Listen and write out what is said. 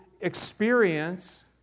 experience